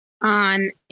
on